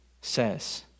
says